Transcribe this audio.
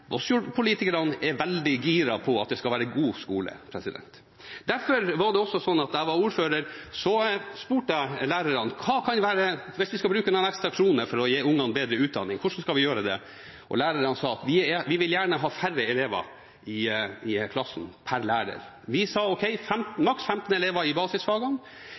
politikerne er veldig giret på at det skal være en god skole. Derfor var det også sånn at da jeg var ordfører, spurte jeg lærerne: Hvis vi skal bruke noen ekstra kroner for å gi ungene bedre utdanning, hvordan skal vi gjøre det? Og lærerne sa at vi vil gjerne ha færre elever i klassen per lærer. Vi sa ok, maks 15 elever i basisfagene.